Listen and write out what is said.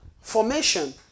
Formation